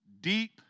deep